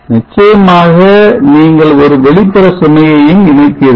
நிச்சயமாக நீங்கள் ஒரு வெளிப்புற சுமையையும் இணைப்பீர்கள்